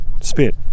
Spit